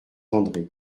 andré